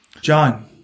John